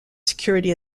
security